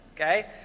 Okay